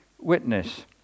witness